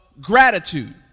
gratitude